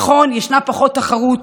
נכון, ישנה פחות תחרות.